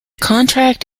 contract